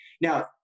Now